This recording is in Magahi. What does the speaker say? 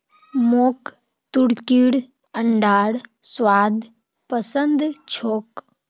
मोक तुर्कीर अंडार स्वाद पसंद छोक